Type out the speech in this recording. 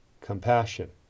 Compassion